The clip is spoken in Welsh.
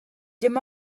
dim